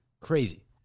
crazy